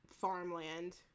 farmland